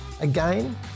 Again